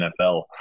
NFL